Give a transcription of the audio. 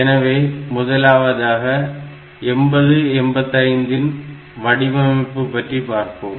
எனவே முதலாவதாக 8085 இன் வடிவமைப்பு பற்றி பார்ப்போம்